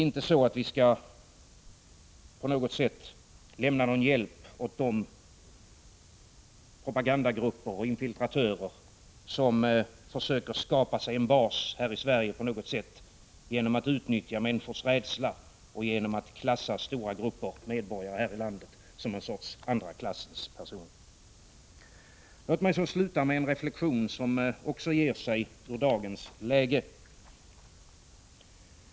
Vi skall inte på något sätt lämna någon hjälp åt de propagandagrupper och infiltratörer som försöker skapa sig en bas här i Sverige genom att utnyttja människors rädsla och genom att klassa stora grupper medborgare här i landet som en sorts andra klassens personer. Låt mig så få sluta med en reflexion som också ger sig ur dagens läge.